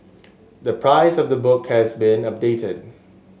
the price of the book has been updated